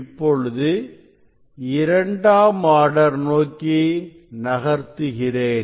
இப்பொழுது இரண்டாம் ஆர்டர் நோக்கி நகர்த்துகிறேன்